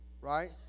right